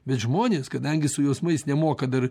bet žmonės kadangi su jausmais nemoka dar